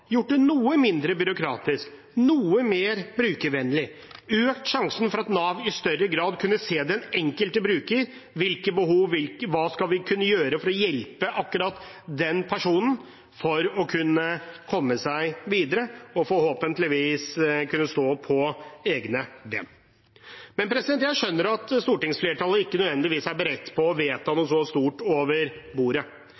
gjort det noe mindre byråkratisk, noe mer brukervennlig, og økt sjansen for at Nav i større grad kunne se den enkelte bruker, hvilke behov vedkommende har, og hva man kan gjøre for å hjelpe akkurat den personen til å komme seg videre og forhåpentligvis kunne stå på egne ben. Jeg skjønner at stortingsflertallet ikke nødvendigvis er beredt på å vedta